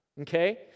okay